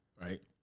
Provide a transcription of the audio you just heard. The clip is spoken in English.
right